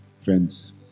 Friends